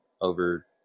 over